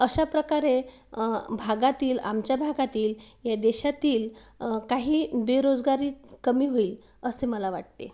अशाप्रकारे भागातील आमच्या भागातील या देशातील काही बेरोजगारी कमी होईल असे मला वाटते